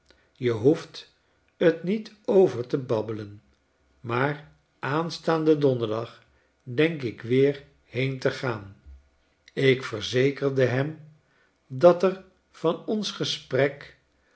je hoeft t niet over te babbelen maar aanstaanden donderdag denk ik weerheen te gaan ik verzekerde hem dat er van onsgesprek